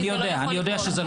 אני יודע שזה לא נכון.